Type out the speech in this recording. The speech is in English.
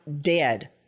dead